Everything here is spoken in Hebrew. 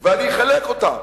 ואני אחלק אותם.